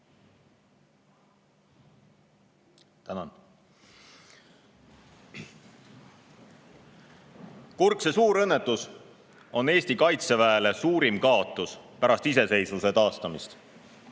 Kurkse suurõnnetus on Eesti kaitseväele suurim kaotus pärast iseseisvuse taastamist.